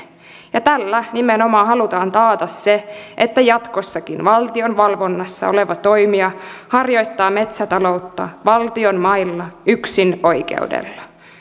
ja tällä nimenomaan halutaan taata se että jatkossakin valtion valvonnassa oleva toimija harjoittaa metsätaloutta valtionmailla yksinoikeudella